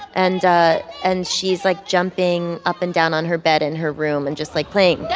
and and she's, like, jumping up and down on her bed in her room and just, like, playing yeah